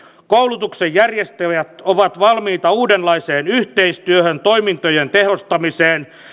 koulutuksen järjestäjät ovat valmiita uudenlaiseen yhteistyöhön toimintojen tehostamiseen